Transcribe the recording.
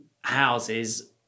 houses